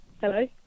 Hello